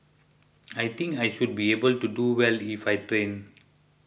I think I should be able to do well if I train